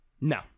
No